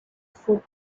food